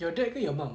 your dad ke your mum